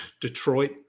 Detroit